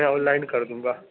میں online کر دوں گا